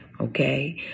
okay